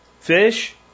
Fish